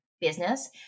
business